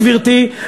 גברתי,